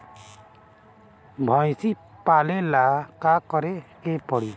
भइसी पालेला का करे के पारी?